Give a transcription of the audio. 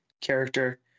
character